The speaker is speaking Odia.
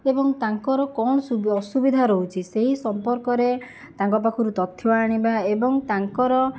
ଏବଂ ତାଙ୍କର କଣ ଅସୁବିଧା ରହୁଛି ସେହି ସମ୍ପର୍କରେ ତାଙ୍କ ପାଖରୁ ତଥ୍ୟ ଆଣିବା ଏବଂ ତାଙ୍କର